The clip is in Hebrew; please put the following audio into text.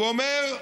הוא אומר: